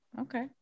okay